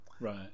Right